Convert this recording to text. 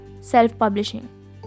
self-publishing